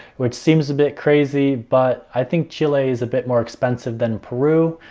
which seems a bit crazy. but i think chile is a bit more expensive than peru,